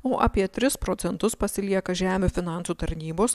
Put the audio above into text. o apie tris finansus pasilieka žemių finansų tarnybos